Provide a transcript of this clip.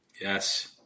Yes